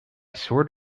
sort